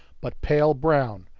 but pale brown,